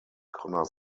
connor